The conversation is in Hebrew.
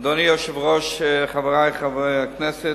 אדוני היושב-ראש, חברי חברי הכנסת,